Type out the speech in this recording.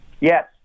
Yes